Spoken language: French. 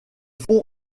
fond